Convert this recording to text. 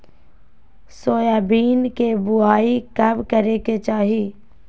Soybean के बुआई कब करे के चाहि?